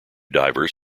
divers